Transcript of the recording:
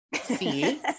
See